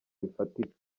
bifatika